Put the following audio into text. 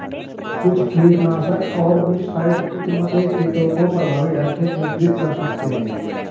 कुछ कीटनाशक और मिटसाइड्स कुछ मकई कीटों को प्रभावी ढंग से नियंत्रित कर सकते हैं